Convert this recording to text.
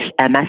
MS